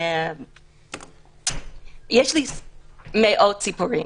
יש לי מאות סיפורים,